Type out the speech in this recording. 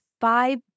five